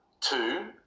Two